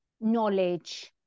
knowledge